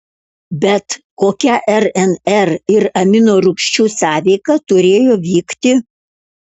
bet kokia rnr ir aminorūgščių sąveika turėjo vykti